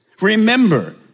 Remember